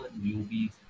newbies